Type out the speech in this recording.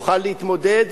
תוכל להתמודד,